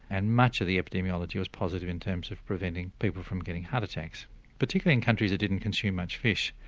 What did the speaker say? and much of the epidemiology was positive in terms of preventing people from getting heart attacks particularly in countries that didn't consume much fish.